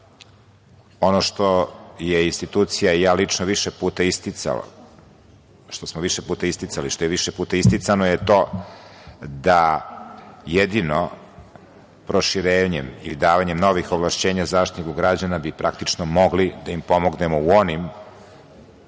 ono što je institucija i ja lično više puta isticao, što smo više puta isticali, što je više puta isticano je to da jedino proširenjem ili davanjem novih ovlašćenja Zaštitniku građana bi praktično mogli da im pomognemo u onim